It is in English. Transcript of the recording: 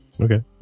Okay